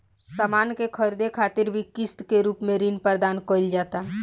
सामान के ख़रीदे खातिर भी किस्त के रूप में ऋण प्रदान कईल जाता